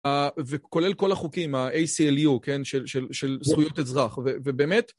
וכולל כל החוקים, ה-ACLU, כן, של זכויות אזרח, ובאמת...